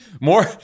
More